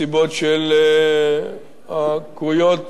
מסיבות הקרויות